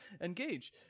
Engage